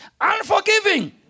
Unforgiving